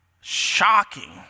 shocking